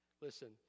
Listen